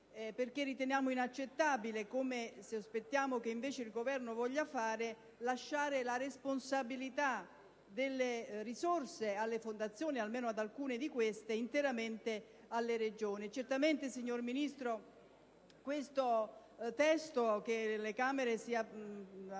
infatti inaccettabile, come sospettiamo che il Governo voglia fare, lasciare la responsabilità delle risorse per fondazioni, almeno per alcune di queste, interamente alle Regioni. Certamente, signor Ministro, questo testo che le Camere hanno